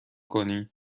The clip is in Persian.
کنی